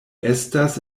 estas